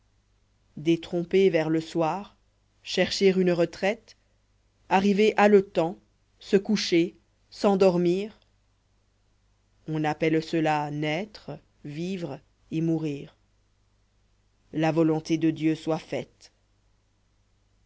détrompé vers le soir chercher une retraite arriver haletant se coucher s'endormir on appelle cela naître vivre et mourir la volonté de dieu soit faite